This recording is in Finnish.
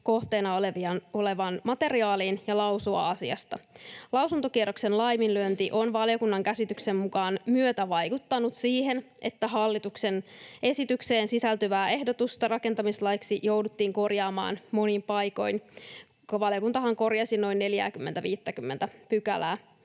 kohteena olevaan materiaaliin ja lausua asiasta. Lausuntokierroksen laiminlyönti on valiokunnan käsityksen mukaan myötävaikuttanut siihen, että hallituksen esitykseen sisältyvää ehdotusta rakentamislaiksi jouduttiin korjaamaan monin paikoin. Valiokuntahan korjasi noin 40—50:tä pykälää,